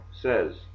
says